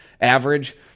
average